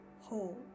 hold